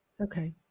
Okay